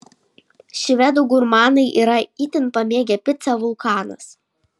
švedų gurmanai yra itin pamėgę picą vulkanas